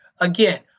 Again